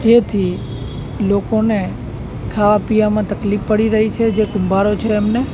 જેથી લોકોને ખાવા પીવામાં તકલીફ પડી રહી છે જે કુંભારો છે એમને